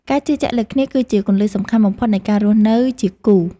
ការជឿជាក់លើគ្នាគឺជាគន្លឹះសំខាន់បំផុតនៃការរស់នៅជាគូ។